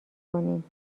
کنیم